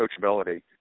coachability